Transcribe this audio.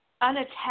unattached